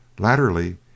Latterly